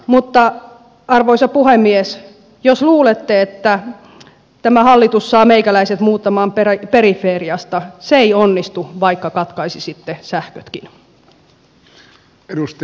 mutta arvoisa puhemies jos luulette että tämä hallitus saa meikäläiset muuttamaan periferiasta se ei onnistu vaikka katkaisisitte sähkötkin